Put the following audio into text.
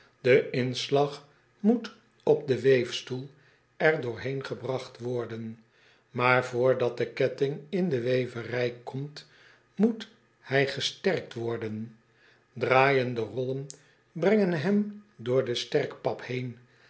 a g moet op den weefstoel er doorheen gebragt worden aar vr dat de ketting in de weverij komt moet hij g e s t e r k t worden raaijende rollen brengen hem door de sterkpap heen